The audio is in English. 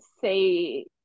say